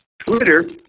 Twitter